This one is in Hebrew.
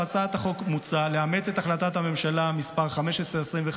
בהצעת החוק מוצע לאמץ את החלטת הממשלה מס' 1525,